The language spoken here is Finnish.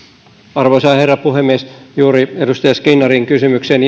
arvoisa herra puhemies oikeastaan juuri edustaja skinnarin kysymykseen